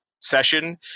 session